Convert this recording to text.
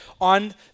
on